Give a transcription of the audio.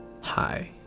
Hi